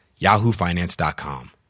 yahoofinance.com